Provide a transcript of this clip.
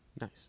Nice